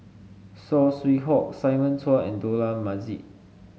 Saw Swee Hock Simon Chua and Dollah Majid